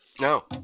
No